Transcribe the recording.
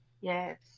Yes